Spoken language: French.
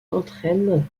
entraînent